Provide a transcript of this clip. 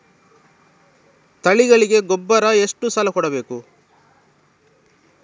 ತಳಿಗಳಿಗೆ ಗೊಬ್ಬರ ಎಷ್ಟು ಸಲ ಕೊಡಬೇಕು?